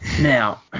Now